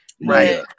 right